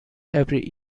every